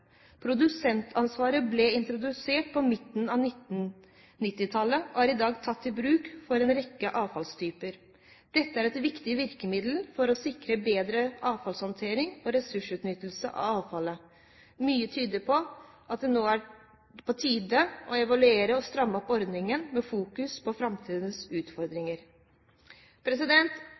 Produsentansvaret ble introdusert på midten av 1990-tallet og er i dag tatt i bruk for en rekke avfallstyper. Dette er et viktig virkemiddel for å sikre bedre avfallshåndtering og ressursutnyttelse av avfallet. Mye tyder på at det nå er på tide å evaluere og stramme opp ordningen med fokus på framtidens utfordringer.